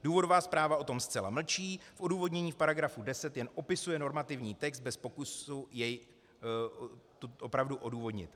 Důvodová zpráva o tom zcela mlčí, v odůvodnění v § 10 jen opisuje normativní text bez pokusu jej opravdu odůvodnit.